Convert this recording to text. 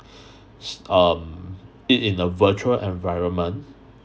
um it in a virtual environment